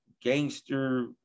Gangster